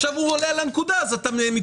עכשיו אתה עולה על הנקודה, אז אתה מתייעץ.